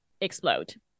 explode